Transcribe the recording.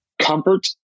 comfort